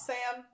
Sam